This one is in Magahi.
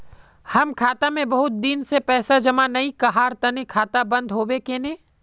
हम खाता में बहुत दिन से पैसा जमा नय कहार तने खाता बंद होबे केने?